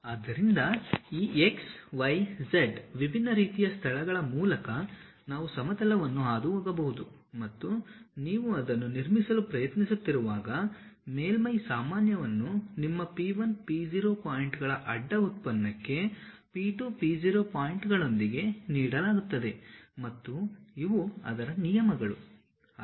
ಆದ್ದರಿಂದ ಈ x y z ವಿಭಿನ್ನ ರೀತಿಯ ಸ್ಥಳಗಳ ಮೂಲಕ ನಾವು ಸಮತಲವನ್ನು ಹಾದುಹೋಗಬಹುದು ಮತ್ತು ನೀವು ಅದನ್ನು ನಿರ್ಮಿಸಲು ಪ್ರಯತ್ನಿಸುತ್ತಿರುವಾಗ ಮೇಲ್ಮೈ ಸಾಮಾನ್ಯವನ್ನು ನಿಮ್ಮ P 1 P 0 ಪಾಯಿಂಟ್ಗಳ ಅಡ್ಡ ಉತ್ಪನ್ನಕ್ಕೆ P2 P 0 ಪಾಯಿಂಟ್ಗಳೊಂದಿಗೆ ನೀಡಲಾಗುತ್ತದೆ ಮತ್ತು ಇವು ಅದರ ನಿಯಮಗಳು